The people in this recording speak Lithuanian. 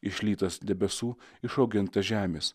išlytas debesų išaugintas žemės